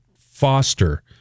Foster